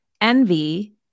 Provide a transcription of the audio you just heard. envy